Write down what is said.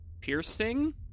Piercing